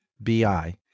BI